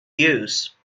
use